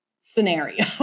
scenario